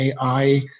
AI